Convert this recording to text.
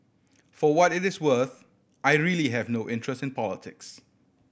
for what it is worth I really have no interest in politics